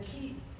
keep